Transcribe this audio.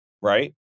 right